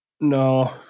No